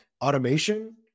Automation